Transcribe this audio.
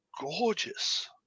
gorgeous